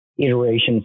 iterations